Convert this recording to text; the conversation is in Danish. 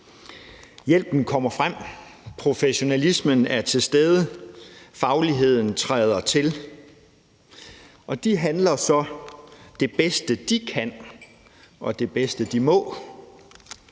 Hjælpen kommer frem, professionalismen er til stede, fagligheden træder til, og personalet handler så det bedste, de kan, og det bedste, de må.